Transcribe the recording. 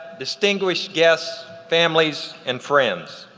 distinguished guests, families and friends,